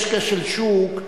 יש כשל שוק,